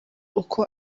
uko